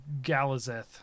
Galazeth